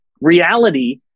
reality